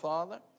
Father